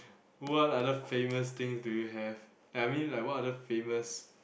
what other famous things do you have I mean like what other famous